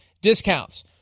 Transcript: discounts